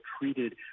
treated